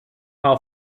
how